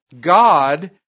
God